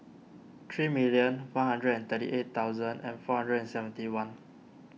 three million one hundred and thirty eight thousand four hundred and seventy one